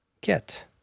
get